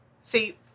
See